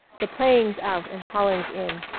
the playings out and haulings in,